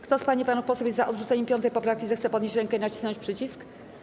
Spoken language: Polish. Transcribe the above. Kto z pań i panów posłów jest za odrzuceniem 5. poprawki, zechce podnieść rękę i nacisnąć przycisk.